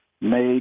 made